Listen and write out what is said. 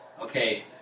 okay